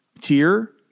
tier